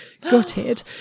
gutted